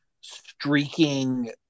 streaking